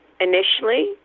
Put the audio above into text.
initially